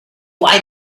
why